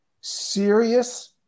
serious